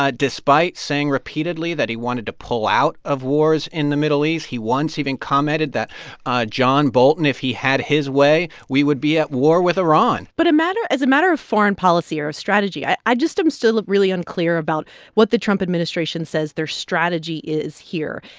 ah despite saying repeatedly that he wanted to pull out of wars in the middle east. he once even commented that john bolton, if he had his way, we would be at war with iran but a matter as a matter of foreign policy or strategy, i i just am still really unclear about what the trump administration says their strategy is here.